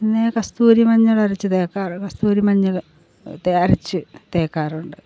പിന്നെ കസ്തൂരി മഞ്ഞളരച്ച് തേയ്ക്കാറുണ്ട് കസ്തൂരി മഞ്ഞൾ അരച്ച് തേയ്ക്കാറുണ്ട്